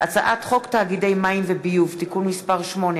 הצעת חוק תאגידי מים וביוב (תיקון מס' 8),